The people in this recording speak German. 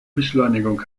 beschleunigung